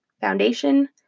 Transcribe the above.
Foundation